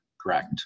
Correct